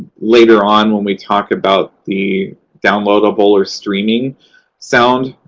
later on when we talk about the downloadable or streaming sound.